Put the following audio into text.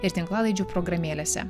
ir tinklalaidžių programėlėse